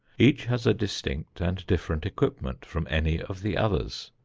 each has a distinct and different equipment from any of the others.